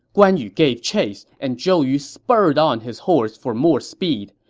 guan yu gave chase, and zhou yu spurred on his horse for more speed.